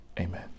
amen